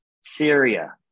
Syria